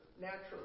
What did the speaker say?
naturally